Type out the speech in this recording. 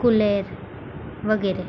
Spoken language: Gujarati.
કુલેર વગેરે